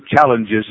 challenges